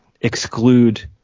exclude –